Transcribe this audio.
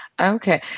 Okay